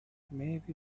maybe